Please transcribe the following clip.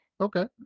okay